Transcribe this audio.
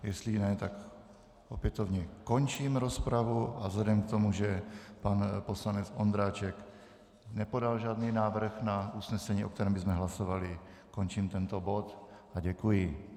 Jestli ne, tak opětovně končím rozpravu a vzhledem k tomu, že pan poslanec Ondráček nepodal žádný návrh na usnesení, o kterém bychom hlasovali, končím tento bod a děkuji.